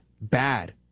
bad